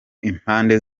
impande